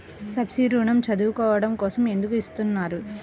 Subsidy ఋణం చదువుకోవడం కోసం ఎందుకు ఇస్తున్నారు?